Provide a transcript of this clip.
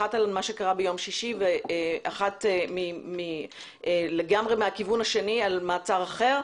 אחת על מה שקרה ביום שישי ואחת לגמרי מהכיוון השני על מעצר אחר.